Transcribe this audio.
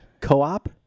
Co-op